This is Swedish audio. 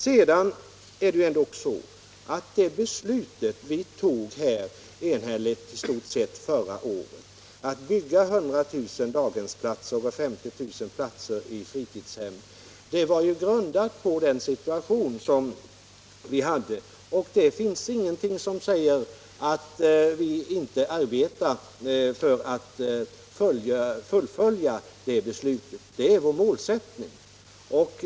Sedan är det ändå så att det beslut som riksdagen i stort sett enhälligt tog förra året att bygga 100 000 daghemsplatser och 50 000 platser i fritidshem var grundat på den situation som vi hade. Och det finns ingenting som säger att vi inte arbetar för att fullfölja det beslutet, utan det är vår målsättning.